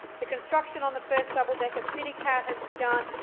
the construction on the first double-decker citycat has begun,